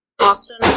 Austin